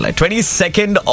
22nd